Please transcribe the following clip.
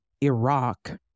Iraq